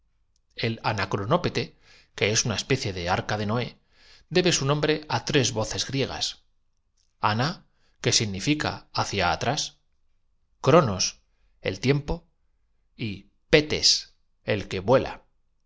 retumbó cronópete que es una especie de arca de noé debe su en el recinto haciéndose extensiva hasta los corredores nombre á tres voces griegas aná que significa hacia donde la gente aplaudía por espíritu de imitación uno atrás cronos el tiempo y petes el que vuela